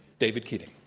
david keating.